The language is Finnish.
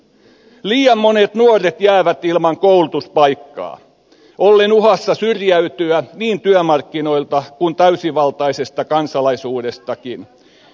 liian monet nuoret jäävät ilman koulutuspaikkaa ollen uhassa syrjäytyä niin työmarkkinoilta kuin täysivaltaisesta kansalaisuudestakin